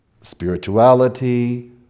spirituality